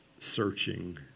searching